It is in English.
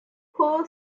paul